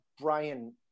Brian